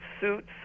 Suits